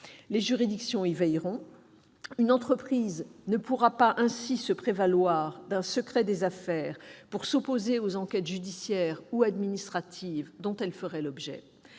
Les juridictions y veilleront. Ainsi, une entreprise ne pourra pas se prévaloir d'un secret des affaires pour s'opposer aux enquêtes judiciaires ou administratives dont elle ferait l'objet.